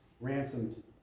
ransomed